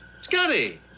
Scotty